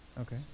Okay